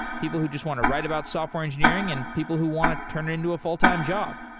people who just want to write about software engineering and people who want to turn it into a full-time job.